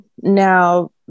now